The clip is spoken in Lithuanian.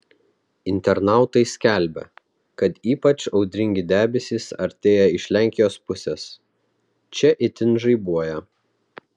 internautai skelbia kad ypač audringi debesys artėja iš lenkijos pusės čia itin žaibuoja